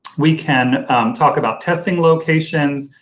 we can talk about testing locations,